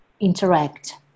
interact